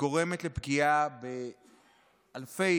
גורם לפגיעה באלפי